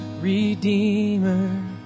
Redeemer